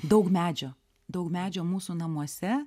daug medžio daug medžio mūsų namuose